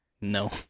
No